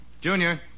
Junior